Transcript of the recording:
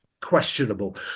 Questionable